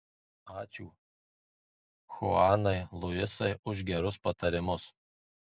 ačiū chuanai luisai už gerus patarimus